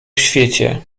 świecie